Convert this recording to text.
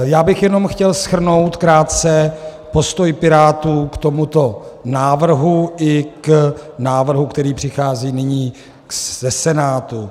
Já bych jenom chtěl shrnout krátce postoj Pirátů k tomuto návrhu i k návrhu, který přichází nyní ze Senátu.